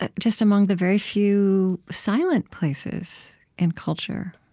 ah just among the very few silent places in culture,